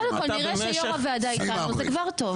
קודם כל, נראה שיו"ר הוועדה איתנו, זה כבר טוב.